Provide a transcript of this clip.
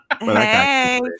Hey